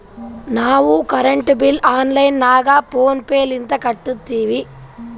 ನಾವು current bill online ನಾಗ PhonePe ಲಿಂತ ಕಟ್ಟತ್ತಿವಿ